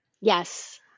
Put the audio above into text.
Yes